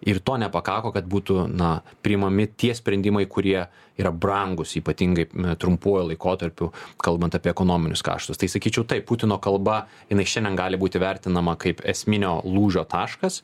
ir to nepakako kad būtų na priimami tie sprendimai kurie yra brangūs ypatingai trumpuoju laikotarpiu kalbant apie ekonominius kaštus tai sakyčiau taip putino kalba jinai šiandien gali būti vertinama kaip esminio lūžio taškas